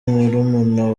murumuna